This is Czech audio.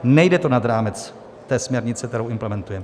Nejde to nad rámec směrnice, kterou implementujeme.